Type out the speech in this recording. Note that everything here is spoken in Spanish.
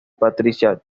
patricia